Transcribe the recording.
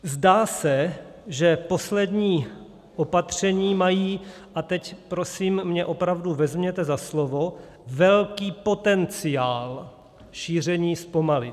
Zdá se, že poslední opatření mají, a teď prosím mě opravdu vezměte za slovo, velký potenciál šíření zpomalit.